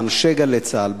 באנשי "גלי צה"ל",